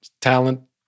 talent